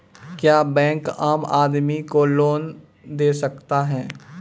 क्या बैंक आम आदमी को लोन दे सकता हैं?